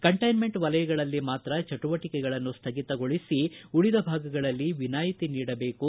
containment ವಲಯಗಳಲ್ಲಿ ಮಾತ್ರ ಚುುವಟಿಕೆಗಳನ್ನು ಸ್ವಗಿತಗೊಳಿಸಿ ಉಳಿದ ಭಾಗಗಳಲ್ಲಿ ವಿನಾಯಿತಿ ನೀಡಬೇಕು